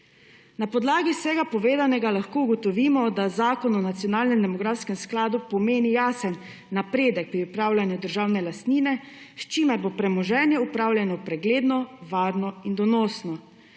Na podlagi vsega povedanega lahko ugotovimo, da Zakon o nacionalnem demografskem skladu pomeni jasen napredek pri upravljanju državne lastnine, s čimer bo premoženje upravljano pregledno, varno in donosno,